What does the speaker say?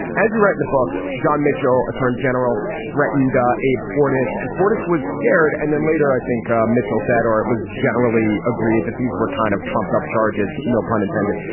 as you write in the book, john mitchell, attorney general, threatened ah abe fortas and fortas was scared. and then later, i think ah mitchell sat or it was generally agreed agreed that these were kind of trumped up charges, no pun intended.